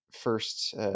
first